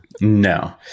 no